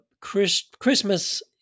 Christmas